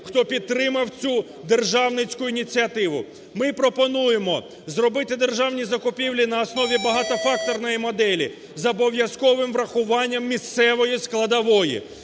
хто підтримав цю державницьку ініціативу. Ми пропонуємо зробити державні закупівлі на основі багатофакторної моделі з обов'язковим врахуванням місцевої складової.